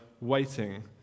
waiting